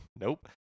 nope